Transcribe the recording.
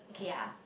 okay ah